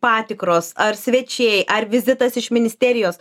patikros ar svečiai ar vizitas iš ministerijos